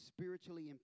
spiritually